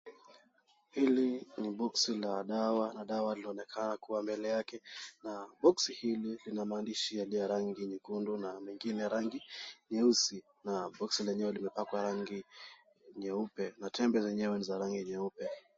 Hili ni boksi la dawa na dawa linaonekana kuwa mbele yake na boksi hili lina maandishi ya rangi nyekundu na mengine rangi nyeusi na boksi lenyewe limepakwa rangi nyeupe na tembe zenyewe ni za rangi nyeupe.